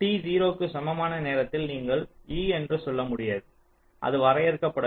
t 0 க்கு சமமான நேரத்தில் நீங்கள் e என்று சொல்ல முடியாது அது வரையறுக்கப்படவில்லை